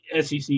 SEC